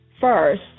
first